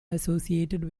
associated